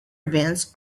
events